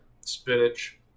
spinach